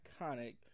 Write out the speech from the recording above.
iconic